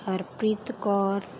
Harpreet Kaur